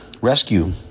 rescue